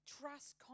trust